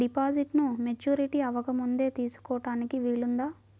డిపాజిట్ను మెచ్యూరిటీ అవ్వకముందే తీసుకోటానికి వీలుందా?